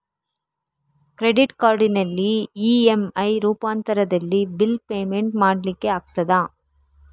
Credit ಕಾರ್ಡಿನಲ್ಲಿ EMI ರೂಪಾಂತರದಲ್ಲಿ bill payment ಮಾಡ್ಲಿಕ್ಕೆ ಆಗ್ತದ?